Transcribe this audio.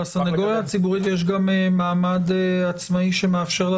לסנגוריה הציבורית יש גם מעמד עצמאי שמאפשר לה